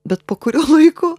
bet po kurio laiko